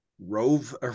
rove